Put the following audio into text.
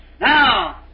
Now